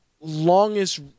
longest